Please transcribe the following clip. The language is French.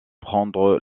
prendre